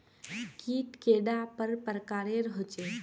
कीट कैडा पर प्रकारेर होचे?